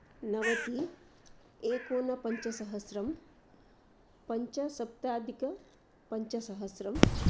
नवतिः एकोनपञ्चसहस्रं पञ्चसप्ताधिकपञ्चसहस्रम्